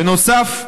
בנוסף,